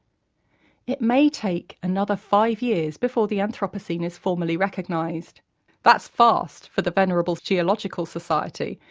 it may take another five years before the anthropocene is formally recognised that's fast for the venerable geological society,